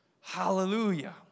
Hallelujah